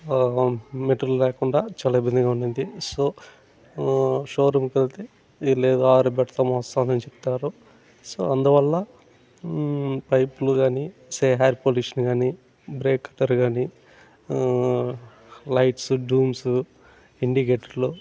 material లేకుండా చాలా ఇబ్బందిగా ఉన్నింది సో షోరూంకి వెళితే లేదు ఆర్డర్ పెడతాం వస్తుంది అని చెప్తారు సో అందువల్ల పైప్లు కానీ ఎయిర్ పొల్యూషన్ కానీ బ్రేక్ టైర్ కానీ లైట్సు డూమ్స్ ఇండికేటర్లు